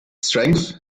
strength